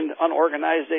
unorganized